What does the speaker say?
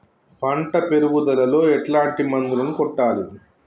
పంట పెరుగుదలలో ఎట్లాంటి మందులను కొట్టాలి?